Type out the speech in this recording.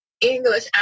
English